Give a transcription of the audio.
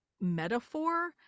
metaphor